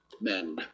men